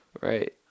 right